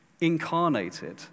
incarnated